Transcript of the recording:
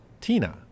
Tina